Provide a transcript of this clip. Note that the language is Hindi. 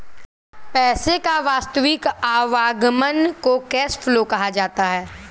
पैसे का वास्तविक आवागमन को कैश फ्लो कहा जाता है